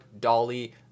Dolly